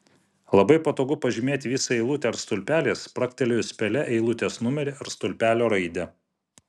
labai patogu pažymėti visą eilutę ar stulpelį spragtelėjus pele eilutės numerį ar stulpelio raidę